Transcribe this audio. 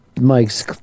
Mike's